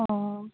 অ'